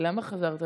למה חזרת לפה?